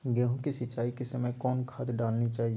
गेंहू के सिंचाई के समय कौन खाद डालनी चाइये?